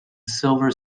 silver